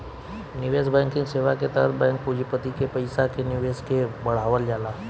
निवेश बैंकिंग सेवा के तहत बैंक पूँजीपति के पईसा के निवेश के बढ़ावल जाला